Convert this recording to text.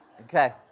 Okay